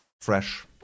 fresh